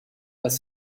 pas